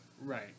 right